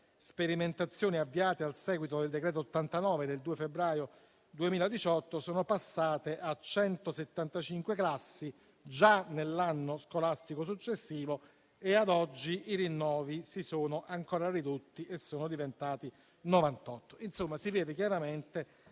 sperimentazioni avviate a seguito del decreto-legge n. 89 del 2 febbraio 2018 sono passate a 175 classi già nell'anno scolastico successivo e ad oggi i rinnovi si sono ancora ridotti e sono diventati 98. Insomma, si dimostra chiaramente